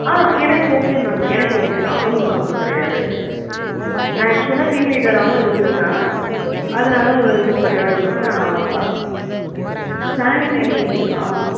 ஆ எனக்கு okay ma'am எனக்கு okay தான் ஒன்றும் ப்ராபளம் கிடையாது நான் அக்சுவலாக டீம் லீடராகவும் இருந்திருக்கேன் அதனால் ஒரு இதுவும் கிடையாது மேம் நான் பார்ப்பேன் சேல்ரி ஆ